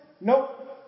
nope